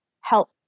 help